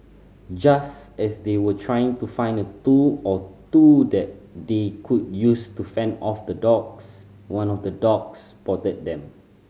just as they were trying to find a tool or two that they could use to fend off the dogs one of the dogs spotted them